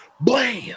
Blam